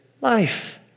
life